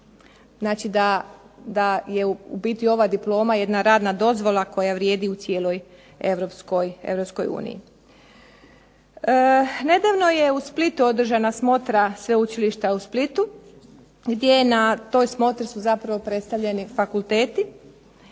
Znači da je u biti ova diploma jedna radna dozvola koja vrijedi u cijeloj Europskoj uniji. Nedavno je u Splitu održana smotra sveučilišta u Splitu gdje je, na toj smotri su zapravo predstavljeni fakulteti